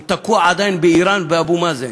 הוא תקוע עדיין באיראן ובאבו מאזן.